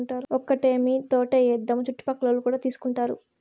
ఒక్కటేమీ తోటే ఏద్దాము చుట్టుపక్కలోల్లు కూడా తీసుకుంటారు